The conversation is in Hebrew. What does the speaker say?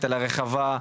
אלא רחבה,